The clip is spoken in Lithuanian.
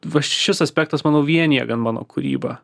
va šis aspektas manau vienija vien mano kūrybą